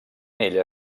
ella